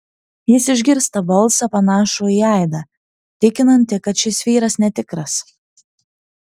jis išgirsta balsą panašų į aidą tikinantį kad šis vyras netikras